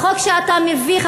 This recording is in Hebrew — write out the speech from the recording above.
החוק שאתה מביא,